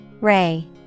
Ray